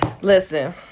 Listen